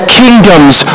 kingdoms